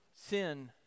Sin